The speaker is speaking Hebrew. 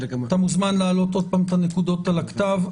אתה מוזמן להעלות עוד פעם את הנקודות על הכתב.